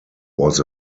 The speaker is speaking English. was